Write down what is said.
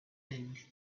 eriyor